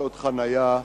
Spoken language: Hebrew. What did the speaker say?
חנייה